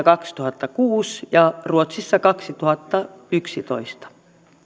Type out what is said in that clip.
kaksituhattakuusi ja ruotsissa kaksituhattayksitoista